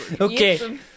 Okay